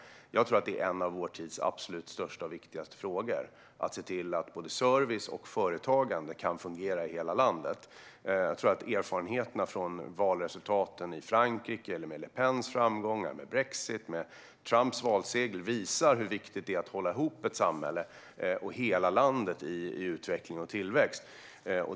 Det är en av vår tids absolut största och viktigaste frågor att se till att både service och företagande kan fungera i hela landet. Erfarenheterna från valresultaten i Frankrike med Le Pens framgångar, med brexit och med Trumps valseger visar hur viktigt det är att hålla ihop ett samhälle och hela landet i utveckling och tillväxt.